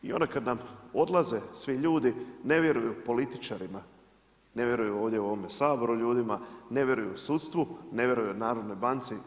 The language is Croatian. I onda kad nam odlaze svi ljudi, ne vjeruju političarima, ne vjeruju ovdje u ovome Saboru ljudima, ne vjeruju sudstvu, ne vjeruju HNB-u.